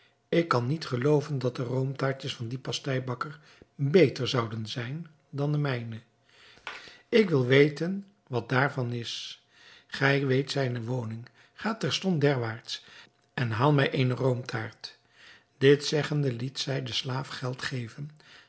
ik kan niet gelooven dat de roomtaartjes van dien pasteibakker beter zouden zijn dan de mijnen ik wil weten wat daarvan is gij weet zijne woning ga terstond derwaarts en haal mij eene roomtaart dit zeggende liet zij den slaaf geld geven